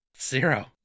Zero